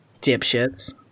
Dipshits